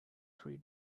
three